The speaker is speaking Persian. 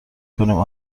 کنیم